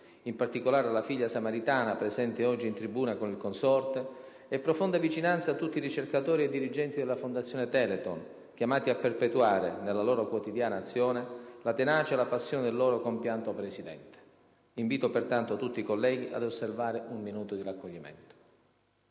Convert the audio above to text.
in particolare alla figlia Samaritana, presente oggi in tribuna con il consorte - e profonda vicinanza a tutti i ricercatori e i dirigenti della Fondazione Telethon, chiamati a perpetuare, nella loro quotidiana azione, la tenacia e la passione del loro compianto Presidente. Invito pertanto tutti i colleghi ad osservare un minuto di raccoglimento.